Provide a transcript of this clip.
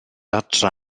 adra